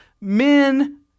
men